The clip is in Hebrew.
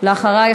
אחריה,